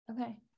okay